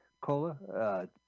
cola